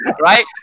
right